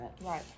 Right